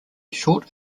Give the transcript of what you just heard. short